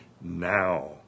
now